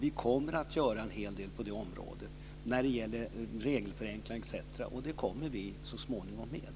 Vi kommer också att göra en hel del på det området när det gäller regelförenklingar etc. Det kommer vi att lägga förslag om så småningom.